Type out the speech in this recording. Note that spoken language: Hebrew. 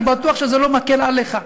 אני בטוח שזה לא מקל עליך.